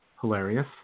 Hilarious